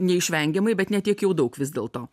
neišvengiamai bet ne tiek jau daug vis dėlto